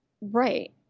Right